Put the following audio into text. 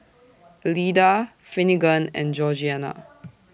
Elida Finnegan and Georgiana